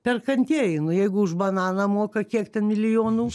perkantieji nu jeigu už bananą moka kiek ten milijonų